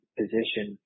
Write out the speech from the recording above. position